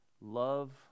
Love